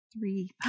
Three